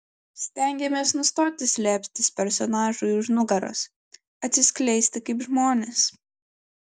stengiamės nustoti slėptis personažui už nugaros atsiskleisti kaip žmonės